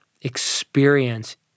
experience